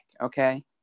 okay